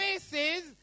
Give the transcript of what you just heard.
faces